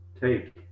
take